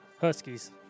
Huskies